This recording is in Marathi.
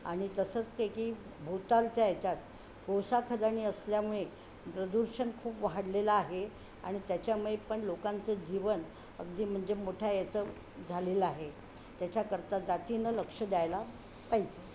आणि तसंच काय की भोवतालच्या याच्यात पोसाखदाणी असल्यामुळे प्रदूषण खूप वाढलेलं आहे आणि त्याच्यामुळे पण लोकांचं जीवन अगदी म्हणजे मोठ्या याचं झालेलं आहे त्याच्याकरता जातीनं लक्ष द्यायला पाहिजे